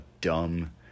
dumb